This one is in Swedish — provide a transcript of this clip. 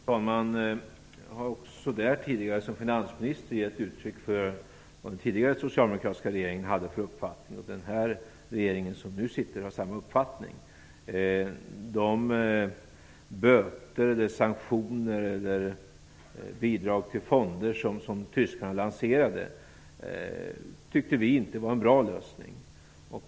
Fru talman! Jag har tidigare, som finansminister, givit uttryck för vad den tidigare socialdemokratiska regeringen hade för uppfattning i också den frågan, och den nuvarande regeringen har samma uppfattning. Den metod med böter, sanktioner eller bidrag till fonder som tyskarna lanserade tyckte vi inte var en bra lösning.